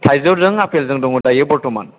थाइजौजों आपेलजों दङ दायो बर्त'मान